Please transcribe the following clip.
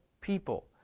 people